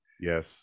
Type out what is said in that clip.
Yes